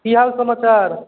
कि हाल समाचार